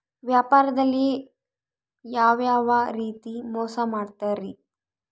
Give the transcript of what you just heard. ವ್ಯಾಪಾರದಲ್ಲಿ ಯಾವ್ಯಾವ ರೇತಿ ಮೋಸ ಮಾಡ್ತಾರ್ರಿ?